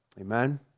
Amen